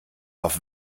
auf